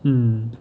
mm